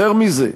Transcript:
יותר מזה,